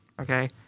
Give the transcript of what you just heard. okay